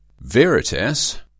Veritas